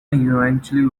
eventually